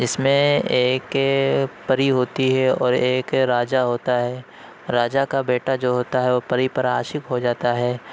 اِس میں ایک پری ہوتی ہے اور ایک راجا ہوتا ہے راجا کا بیٹا جو ہوتا ہے وہ پری پر عاشق ہو جاتا ہے